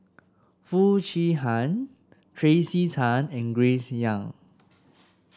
Foo Chee Han Tracey Tan and Grace Young